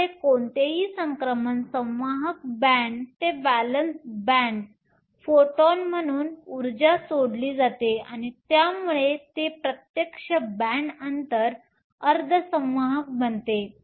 त्यामुळे कोणतेही संक्रमण संवाहक बॅण्ड ते व्हॅलेन्स बॅण्ड फोटॉन म्हणून ऊर्जा सोडली जाते आणि यामुळे ते प्रत्यक्ष बॅण्ड अंतर अर्धसंवाहक बनते